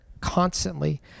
constantly